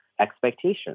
expectations